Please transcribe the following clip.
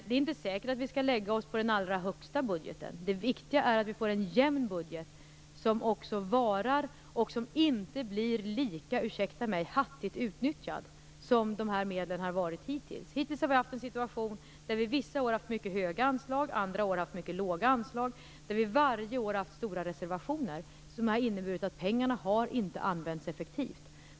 Det är inte säkert att vi skall lägga oss på den allra högsta nivån. Det viktiga är att det blir en jämn budget som också varar och som inte blir lika hattigt utnyttjad som dessa medel har varit hittills. Hittills har det vissa år varit mycket höga anslag och andra år mycket låga anslag. Och varje år har vi haft stora reservationer som har inneburit att pengarna inte har använts effektivt.